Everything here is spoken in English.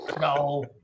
No